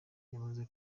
yamaze